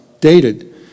dated